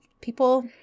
People